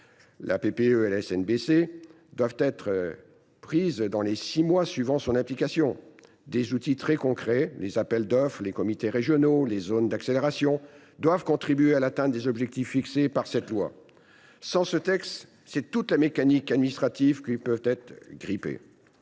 la PPE et la SNBC doivent être adoptées dans les six mois suivant l’adoption de cette loi. Des outils très concrets, tels que les appels d’offres, les comités régionaux ou les zones d’accélération doivent contribuer à l’atteinte des objectifs fixés par celle ci. Sans ce texte, c’est toute la mécanique administrative qui peut être grippée.